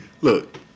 Look